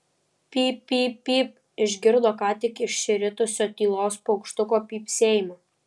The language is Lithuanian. pyp pyp pyp išgirdo ką tik išsiritusio tylos paukštuko pypsėjimą